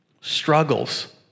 struggles